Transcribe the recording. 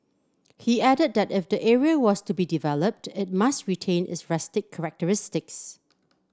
he added that if the area was to be developed it must retain its rustic characteristics